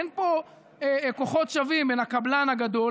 אין פה כוחות שווים בין הקבלן הגדול,